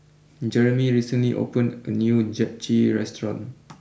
Jeremy recently opened a new Japchae restaurant